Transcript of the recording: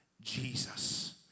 Jesus